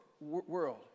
world